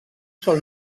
sol